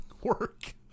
work